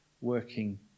working